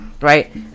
Right